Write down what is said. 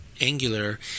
Angular